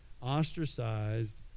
ostracized